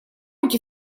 руки